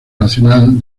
nacional